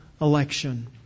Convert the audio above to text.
election